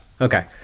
Okay